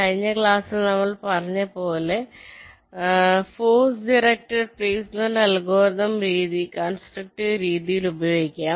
കഴിഞ്ഞ ക്ലാസ്സിൽ നമ്മൾ പറഞ്ഞത് പോലെ force directed placement algorithm constructive രീതിയിൽ ഉപയോഗിക്കാം